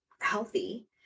healthy